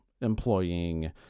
employing